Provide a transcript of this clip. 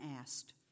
asked